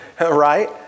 right